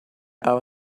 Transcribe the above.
own